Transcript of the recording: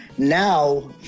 now